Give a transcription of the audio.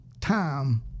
time